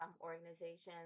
Organizations